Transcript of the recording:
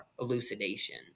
elucidation